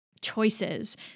choices